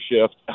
shift